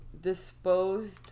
disposed